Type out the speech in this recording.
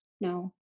no